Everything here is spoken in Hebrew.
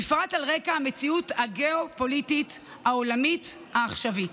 בפרט על רקע המציאות הגיאו-פוליטית העולמית העכשווית.